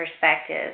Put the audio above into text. perspective